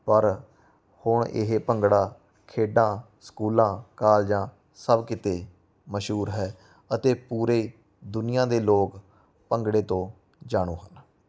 ਪਰ ਹੁਣ ਇਹ ਭੰਗੜਾ ਖੇਡਾਂ ਸਕੂਲਾਂ ਕਾਲਜਾਂ ਸਭ ਕਿਤੇ ਮਸ਼ਹੂਰ ਹੈ ਅਤੇ ਪੂਰੇ ਦੁਨੀਆਂ ਦੇ ਲੋਕ ਭੰਗੜੇ ਤੋਂ ਜਾਣੂ ਹਨ